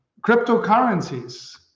cryptocurrencies